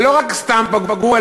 ולא רק סתם פגעו,